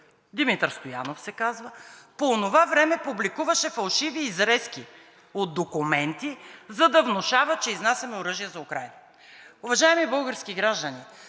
Димитър Стоянов се казва, по онова време публикуваше фалшиви изрезки от документи, за да внушава, че изнасяме оръжие за Украйна. Уважаеми български граждани,